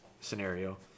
scenario